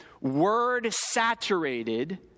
word-saturated